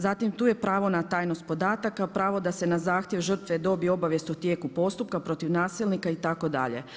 Zatim tu je pravo na tajnost podataka, pravo da se na zahtjev žrtve dobije obavijest o tijeku postupka protiv nasilnika itd.